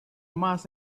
mass